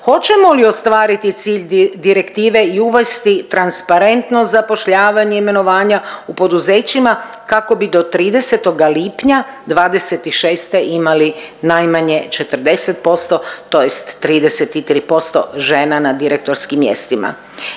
hoćemo li ostvariti cilj direktive i uvesti transparentnost zapošljavanja, imenovanja u poduzećima kako bi do 30. lipnja 2026. imali najmanje 40%, tj. 33% žena na direktorskim mjestima.